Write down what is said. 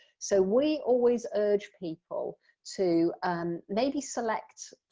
so we always urge people to um maybe select,